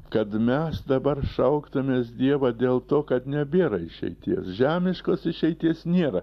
kad mes dabar šauktumėmės dievą dėl to kad nebėra išeities žemiškos išeities nėra